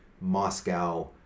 Moscow